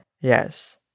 Yes